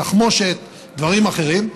תחמושת, דברים אחרים,